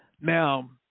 Now